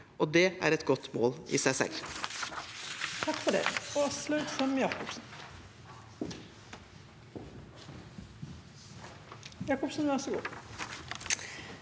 og det er et godt mål i seg selv.